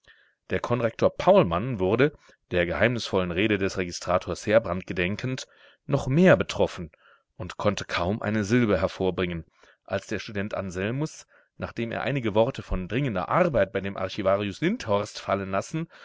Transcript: der konrektor paulmann wurde der geheimnisvollen rede des registrators heerbrand gedenkend noch mehr betroffen und konnte kaum eine silbe hervorbringen als der student anselmus nachdem er einige worte von dringender arbeit bei dem archivarius lindhorst fallen lassen